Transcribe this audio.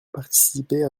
participer